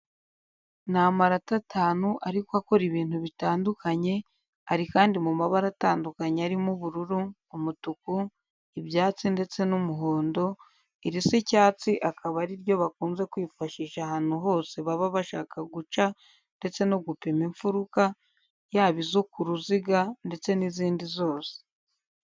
Ni amarati atanu ariko akora ibintu bitandukanye, ari kandi mu mabara atandukanye arimo: ubururu, umutuku, ibyatsi ndetse n'umuhondo, irisa icyatsi akaba ari ryo bakunze kwifashisha ahantu hose baba bashaka guca ndetse no gupima imfuruka, yaba izo ku ruziga ndetse n'izindi zose.